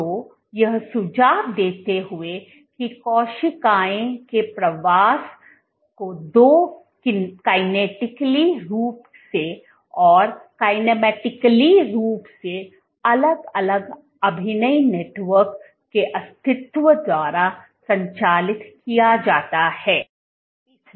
तो यह सुझाव देते हुए कि कोशिकाओं के प्रवास को दो किनेटिक रूप से और किनेमेटिक रूप से अलग अलग अभिनय नेटवर्क के अस्तित्व द्वारा संचालित किया जाता है